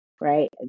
right